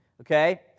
okay